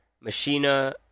Machina